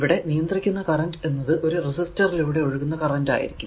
ഇവിടെ നിയന്ത്രിക്കുന്ന കറന്റ് എന്നത് ഒരു റെസിസ്റ്ററിലൂടെ ഒഴുകുന്ന കറന്റ് ആയിരിക്കും